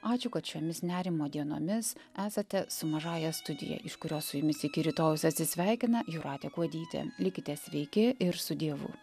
ačiū kad šiomis nerimo dienomis esate su mažąja studija iš kurios su jumis iki rytojaus atsisveikina jūratė kuodytė likite sveiki ir su dievu